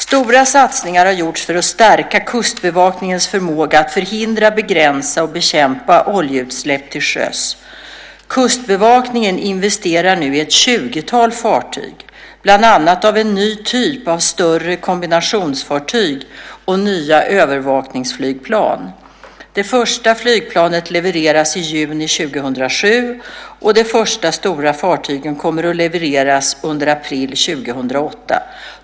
Stora satsningar har gjorts för att stärka Kustbevakningens förmåga att förhindra, begränsa och bekämpa oljeutsläpp till sjöss. Kustbevakningen investerar nu i ett 20-tal fartyg, bland annat en ny typ av större kombinationsfartyg och nya övervakningsflygplan. Det första flygplanet levereras i juni 2007 och det första av de stora fartygen kommer att levereras under april 2008.